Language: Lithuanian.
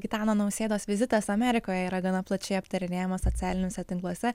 gitano nausėdos vizitas amerikoje yra gana plačiai aptarinėjamas socialiniuose tinkluose